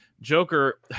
joker